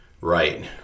Right